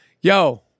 Yo